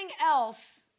else